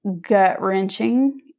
gut-wrenching